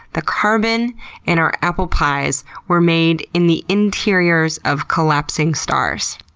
the carbon in our apple pies were made in the interiors of collapsing stars.